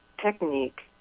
technique